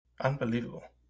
Unbelievable